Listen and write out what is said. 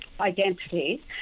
Identity